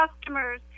customers